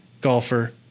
golfer